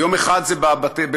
יום אחד זה בבתי-האבות,